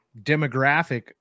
demographic